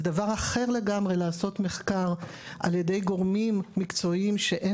זה דבר אחר לגמרי לעשות מחקר על ידי גורמים מקצועיים שאין